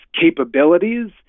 capabilities